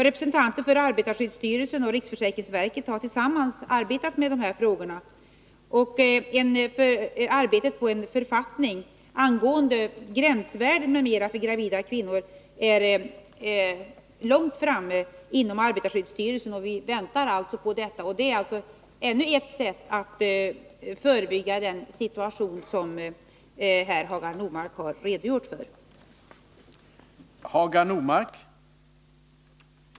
Representanter för arbetarskyddsstyrelsen och riksförsäkringsverket har tillsammans arbetat med de här frågorna, och arbetet på en författning angående gränsvärden m.m. för gravida kvinnor är långt framskridet. Vi väntar alltså på resultatet av det arbetet, vilket kan ge oss en möjlighet att förebygga sådana situationer Nr 6 som Hagar Normark här har redogjort för.